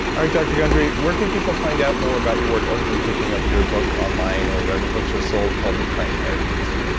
all right dr gundry, where can people find out more about your work other than picking up your book online, or whatever books were sold called the plant paradox?